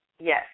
Yes